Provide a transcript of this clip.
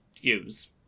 use